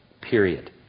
period